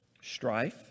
strife